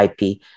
IP